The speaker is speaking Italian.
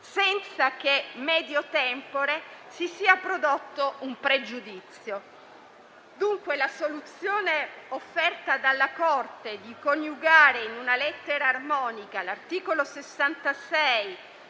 senza che *medio tempore* si sia prodotto un pregiudizio. Dunque, la soluzione offerta dalla Corte di coniugare in una lettera armonica l'articolo 66